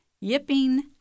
yipping